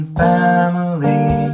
family